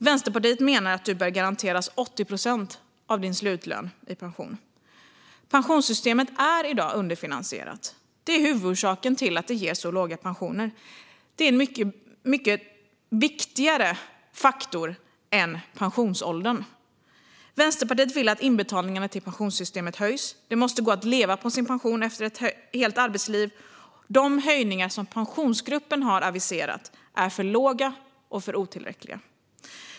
Vänsterpartiet menar att man bör garanteras 80 procent av slutlönen i pension. Pensionssystemet är i dag underfinansierat. Det är huvudorsaken till att pensionerna blir så låga. Det här är en mycket viktigare faktor än pensionsåldern. Vänsterpartiet vill att inbetalningarna till pensionssystemet höjs. Det måste gå att leva på pensionen efter ett helt arbetsliv. De höjningar som Pensionsgruppen har aviserat är för låga och otillräckliga.